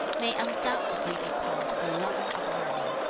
may undoubtedly be called a lover of learning.